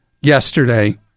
yesterday